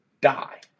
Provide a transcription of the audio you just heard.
die